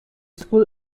school